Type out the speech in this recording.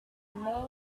main